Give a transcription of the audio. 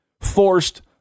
forced